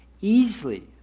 easily